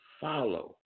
follow